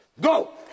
Go